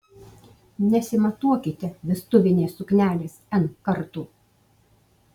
nesimatuokite vestuvinės suknelės n kartų